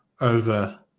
over